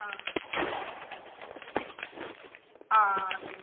ആ ആ അതെ